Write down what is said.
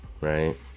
right